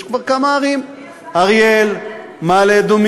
יש כבר כמה ערים: אריאל, מעלה-אדומים,